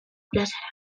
plazara